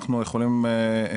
אנחנו יכולים לומר פה.